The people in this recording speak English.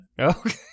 Okay